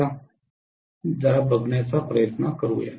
चला जरा बघण्याचा प्रयत्न करूया